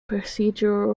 procedural